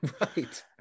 Right